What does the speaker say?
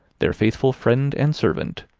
their faithful friend and servant,